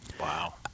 Wow